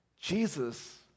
Jesus